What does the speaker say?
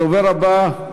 הדובר הבא,